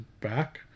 back